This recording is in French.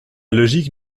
logique